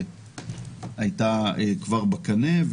שכבר הייתה בקנה.